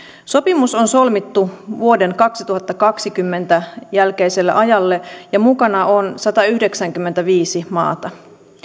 sopimus on solmittu vuoden kaksituhattakaksikymmentä jälkeiselle ajalle ja mukana on satayhdeksänkymmentäviisi maata